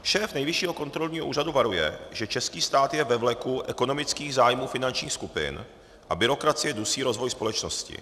Šéf nejvyššího kontrolního úřadu varuje, že český stát je ve vleku ekonomických zájmů finančních skupin a byrokracie dusí rozvoj společnosti.